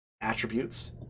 attributes